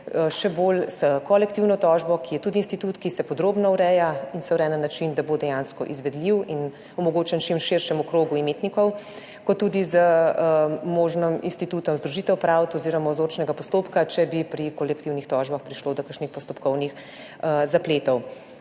še bolj s kolektivno tožbo, ki je tudi institut, ki se podrobno ureja in se ureja na način, da bo dejansko izvedljiv in omogočen čim širšemu krogu imetnikov, kot tudi z možnim institutom združitev pravd oziroma vzorčnega postopka, če bi pri kolektivnih tožbah prišlo do kakšnih postopkovnih zapletov.